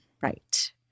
Right